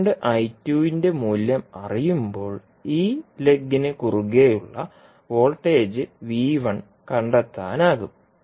current I2 ന്റെ മൂല്യം അറിയുമ്പോൾ ഈ ലെഗിന് കുറുകെയുള്ള വോൾട്ടേജ് V1 കണ്ടെത്താനാകും